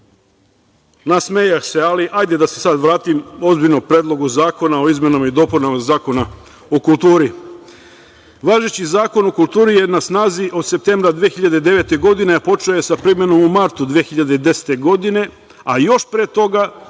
bankrot. Nasmejah se, ali hajde da se sad vratim ozbiljno Predlogu zakona o izmenama i dopunama Zakona o kulturi. Važeći zakon o kulturi je na snazi od septembra meseca 2009. godine, a počeo je sa primenom u martu 2010. godine, a još pre toga